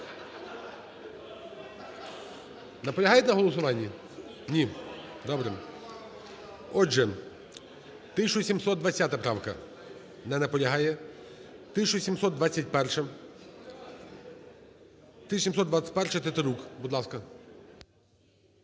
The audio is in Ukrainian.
Наполягаєте на голосуванні? Ні. Добре. Отже, 1720 правка. Не наполягає. 1721-а. 1721-а, Тетерук. Будь ласка.